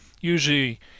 Usually